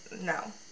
No